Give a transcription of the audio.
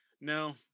No